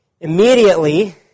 immediately